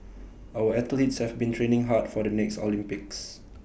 our athletes have been training hard for the next Olympics